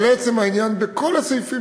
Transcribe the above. אבל לעצם העניין, בכל הסעיפים